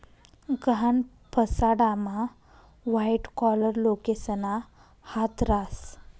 गहाण फसाडामा white collar लोकेसना हात रास